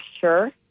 sure